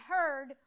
heard